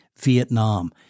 Vietnam